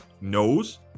knows